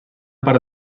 part